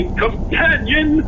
companion